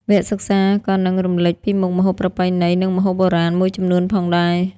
វគ្គសិក្សាក៏នឹងរំលេចពីមុខម្ហូបប្រពៃណី និងម្ហូបបុរាណមួយចំនួនផងដែរ។